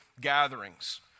gatherings